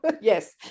Yes